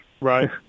Right